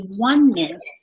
oneness